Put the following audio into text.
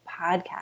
podcast